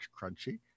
Crunchy